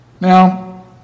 Now